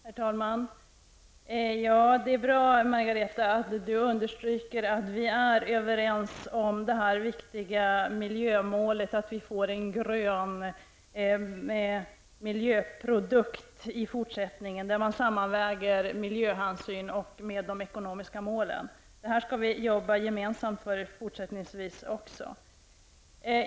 Herr talman! Det är bra att Margareta Winberg understryker att vi är överens om det viktiga miljömålet att vi får en grön miljöprodukt i fortsättningen, där miljöhänsyn sammanvägs med de ekonomiska målen. Det skall vi arbeta gemensamt för även i fortsättningen.